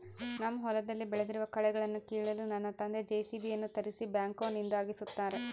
ನಮ್ಮ ಹೊಲದಲ್ಲಿ ಬೆಳೆದಿರುವ ಕಳೆಗಳನ್ನುಕೀಳಲು ನನ್ನ ತಂದೆ ಜೆ.ಸಿ.ಬಿ ಯನ್ನು ತರಿಸಿ ಬ್ಯಾಕ್ಹೋನಿಂದ ಅಗೆಸುತ್ತಾರೆ